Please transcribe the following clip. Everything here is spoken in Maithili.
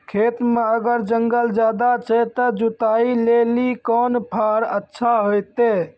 खेत मे अगर जंगल ज्यादा छै ते जुताई लेली कोंन फार अच्छा होइतै?